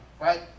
Right